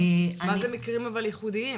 מה זה מקרים ייחודיים?